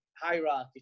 hierarchy